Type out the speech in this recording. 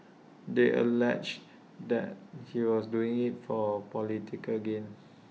they alleged that he was doing IT for political gain